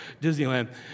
Disneyland